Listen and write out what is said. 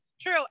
true